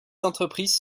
entreprises